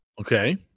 okay